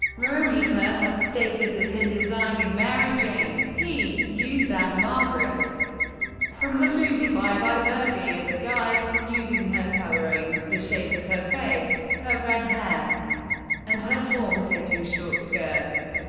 romita has stated that in designing mary jane, he used ah ann-margret from the movie bye bye birdie as a guide, using her coloring, the shape of her face, her red hair and her form-fitting short skirts.